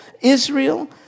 Israel